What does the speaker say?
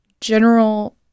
general